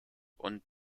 und